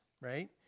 right